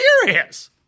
serious